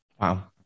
Wow